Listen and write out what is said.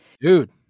dude